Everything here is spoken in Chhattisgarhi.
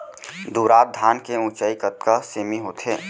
दुबराज धान के ऊँचाई कतका सेमी होथे?